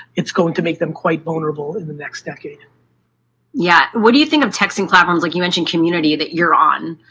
it's going to make them quite vulnerable in the next decade. female yeah. what do you think of texting platforms like you mentioned community that you're on?